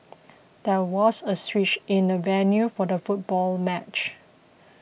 there was a switch in the venue for the football match